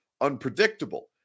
unpredictable